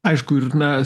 aišku ir na